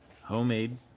homemade